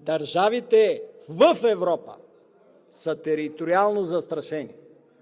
Държавите в Европа са териториално застрашени.